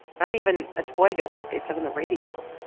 not even a toy gun, like they said on the radio.